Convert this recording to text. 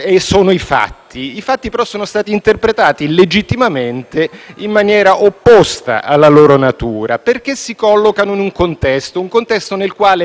Mi rendo conto del fatto che la parola «identità» non dica molto alla sinistra, che è cresciuta con il mito, evidentemente fallito, del multiculturalismo.